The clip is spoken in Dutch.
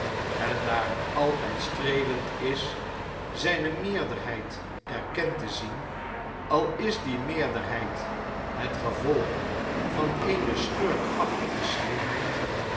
en daar het altijd streelend is zijne meerderheid erkend te zien al is die meerderheid het gevolg van eene schurkachtige slimheid